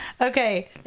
okay